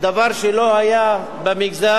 דבר שלא היה במגזר.